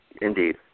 Indeed